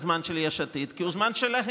חברת הכנסת גוטליב, בבקשה.